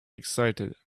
excited